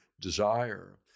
desire